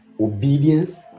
obedience